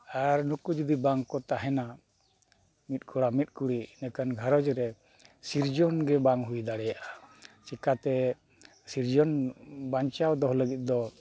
ᱟᱨ ᱱᱩᱠᱩ ᱡᱩᱫᱤ ᱵᱟᱝ ᱠᱚ ᱛᱟᱦᱮᱱᱟ ᱢᱤᱫ ᱠᱚᱲᱟ ᱢᱤᱫ ᱠᱩᱲᱤ ᱤᱱᱟᱹ ᱠᱷᱟᱱ ᱜᱷᱟᱨᱚᱸᱡᱽ ᱨᱮ ᱤᱱᱟᱹᱠᱷᱟᱱ ᱜᱷᱟᱨᱚᱸᱡᱽ ᱨᱮ ᱥᱤᱨᱡᱚᱱ ᱜᱮ ᱵᱟᱝ ᱦᱩᱭ ᱫᱟᱲᱮᱭᱟᱜᱼᱟ ᱪᱤᱠᱟᱹᱛᱮ ᱥᱤᱨᱡᱚᱱ ᱵᱟᱧᱪᱟᱣ ᱫᱚᱦᱚ ᱞᱟᱹᱜᱤᱫ ᱫᱚ